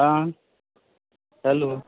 हां हॅलो